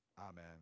Amen